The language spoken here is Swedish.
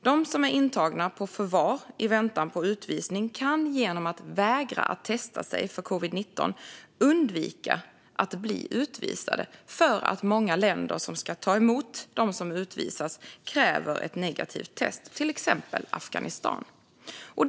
De som är intagna på förvar i väntan på utvisning kan genom att vägra att testa sig för covid-19 undvika att bli utvisade därför att många länder som ska ta emot dem som utvisas kräver ett negativt test, till exempel Afghanistan.